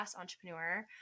entrepreneur